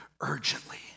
urgently